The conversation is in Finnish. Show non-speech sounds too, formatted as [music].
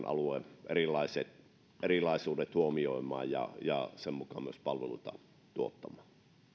[unintelligible] alueen erilaisuudet huomioimaan ja ja sen mukaan myös palveluita tuottamaan